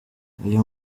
uyu